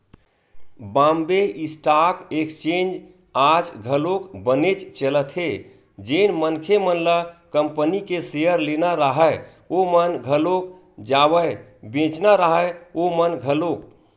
Bombay stock exchange आज घलोक बनेच चलत हे जेन मनखे मन ल कंपनी के सेयर लेना राहय ओमन घलोक जावय बेंचना राहय ओमन घलोक